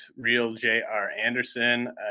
RealJRAnderson